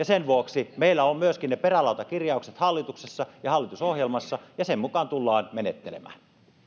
sen vuoksi meillä on myöskin ne perälautakirjaukset hallituksessa ja hallitusohjelmassa ja sen mukaan tullaan menettelemään